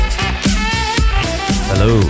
hello